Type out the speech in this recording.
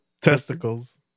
Testicles